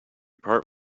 part